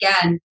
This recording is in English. again